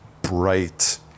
bright